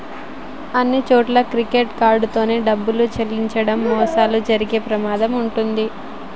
అన్నిచోట్లా credit card తో డబ్బులు చెల్లించడం మోసాలు జరిగే ప్రమాదం వుంటది